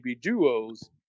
Duos